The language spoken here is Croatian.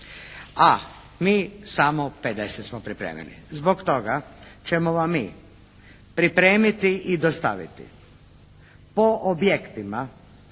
A mi samo 50 smo pripremili. Zbog toga ćemo vam mi pripremiti i dostaviti po objektima